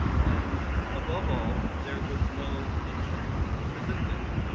and above all there was no internal resistance.